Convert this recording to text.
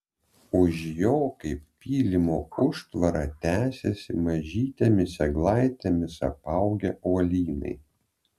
už jo kaip pylimo užtvara tęsėsi mažytėmis eglaitėmis apaugę uolynai